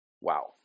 Wow